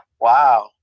wow